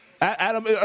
Adam